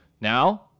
Now